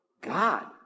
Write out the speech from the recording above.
God